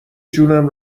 جونم